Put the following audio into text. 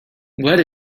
let